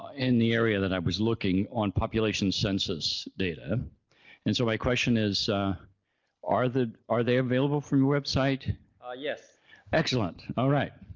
in the area that i was looking on population census data and so my question is are the are they available from your website yes excellent all right